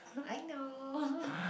I know